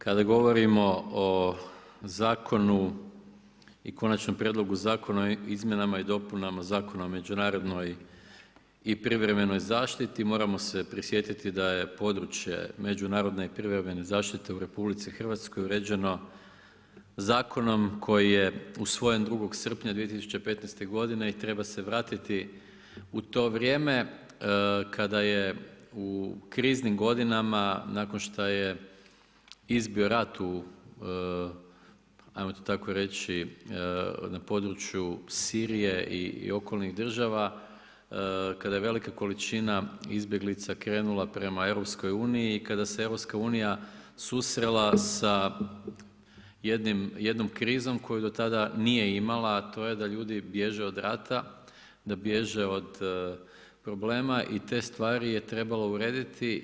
Kada govorimo o Zakonu i Konačnom prijedlogu zakona o izmjenama i dopunama Zakona o međunarodnoj i privremenoj zaštiti moramo se prisjetiti da je područje međunarodne i privremene zaštite u Republici Hrvatskoj uređeno zakonom koji je usvojen 2. srpnja 2015. godine i treba se vratiti u to vrijeme kada je u kriznim godinama nakon što je izbio rat u ajmo to tako reći na području Sirije i okolnih država, kada je velika količina izbjeglica krenula prema Europskoj uniji i kada se Europska unija susrela sa jednom krizom koju do tada nije imala a to je da ljudi bježe od rata, da bježe od problema i te stvari je trebalo urediti.